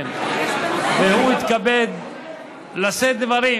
הוא התכבד לשאת דברים,